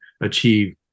achieve